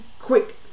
quick